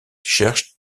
cherche